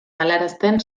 galarazten